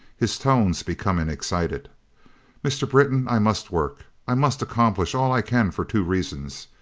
his tones becoming excited mr. britton, i must work i must accomplish all i can for two reasons.